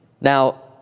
Now